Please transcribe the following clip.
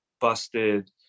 busted